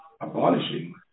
abolishing